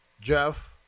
Jeff